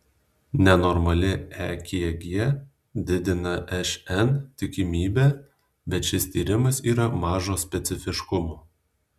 nenormali ekg didina šn tikimybę bet šis tyrimas yra mažo specifiškumo